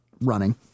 running